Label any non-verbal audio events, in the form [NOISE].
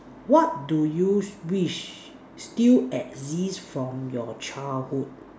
what do you [NOISE] wish still exist from your childhood